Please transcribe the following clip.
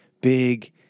big